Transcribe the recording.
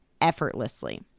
effortlessly